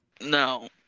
no